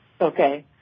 Okay